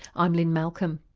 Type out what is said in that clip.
i'm lynne malcolm.